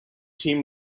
team